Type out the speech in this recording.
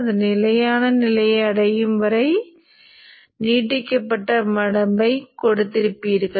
இதுவும் இந்த வழியில் செல்லும் இது மையத்தை மீட்டமைத்தல் என்று அழைக்கப்படுகிறது